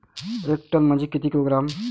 एक टन म्हनजे किती किलोग्रॅम?